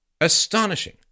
Astonishing